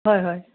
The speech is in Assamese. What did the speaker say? হয় হয়